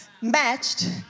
matched